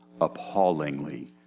appallingly